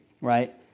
right